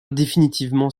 définitivement